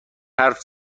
حرف